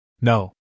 No